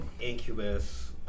Incubus